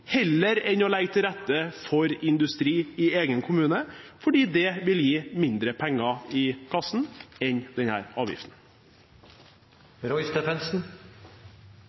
heller enn å legge til rette for industri i egen kommune, fordi det vil gi mindre penger i kassen enn